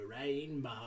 rainbow